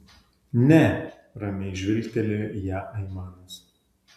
ne ramiai žvilgtelėjo į ją aimanas